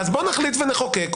אז בוא נחליט ונחוקק.